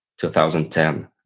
2010